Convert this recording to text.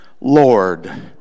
Lord